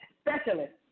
specialist